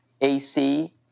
AC